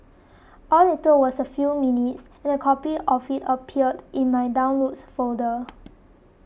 all it took was a few minutes and a copy of it appeared in my Downloads folder